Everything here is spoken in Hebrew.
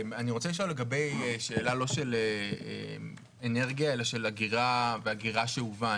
אני רוצה לשאול לגבי שאלה לא של אנרגיה אלא של אגירה ואגירה שאובה.